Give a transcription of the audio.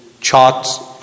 charts